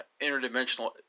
interdimensional